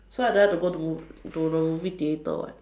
so I don't have to go to the mo~ to the movie theater [what]